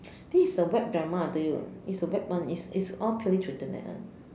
this is a web drama I tell you it's a web one is is all purely through the net [one]